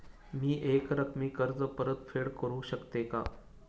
मी एकरकमी कर्ज परतफेड करू शकते का?